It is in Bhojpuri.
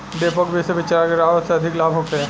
डेपोक विधि से बिचरा गिरावे से अधिक लाभ होखे?